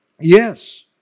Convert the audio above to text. yes